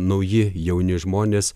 nauji jauni žmonės